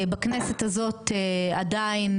בכנסת הזאת עדיין,